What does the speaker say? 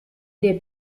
dei